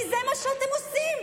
כי זה מה שאתם עושים.